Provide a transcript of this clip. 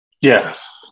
yes